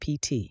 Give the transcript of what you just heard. pt